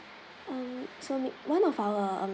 mm so one of our